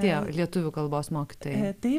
tie lietuvių kalbos mokytojai